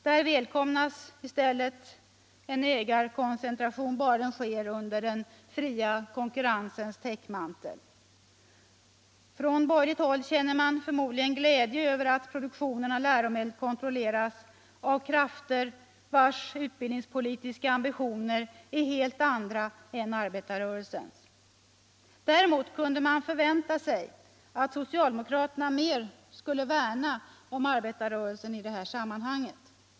Där välkomnas i stället en ägarkoncentration bara den sker under den fria konkurrensens täckmantel. Från borgerligt håll känner man förmodligen glädje över att produktionen av läromedel kontrolleras av krafter vars utbildningspolitiska ambitioner är helt andra än arbetarrörelsens. Däremot kunde man förvänta sig att socialdemokraterna mer skulle värna om arbetarrörelsen i detta sammanhang.